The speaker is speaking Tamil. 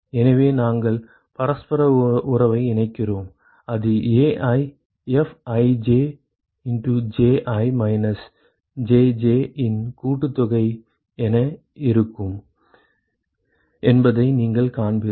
எனவே நாங்கள் பரஸ்பர உறவை இணைக்கிறோம் அது AiFij Ji மைனஸ் Jj இன் கூட்டுத்தொகை என இருக்கும் என்பதை நீங்கள் காண்பீர்கள்